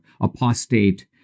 apostate